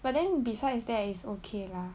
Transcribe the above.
but then besides that is okay lah